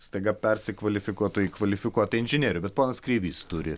staiga persikvalifikuotų į kvalifikuotą inžinierių bet ponas kreivys turi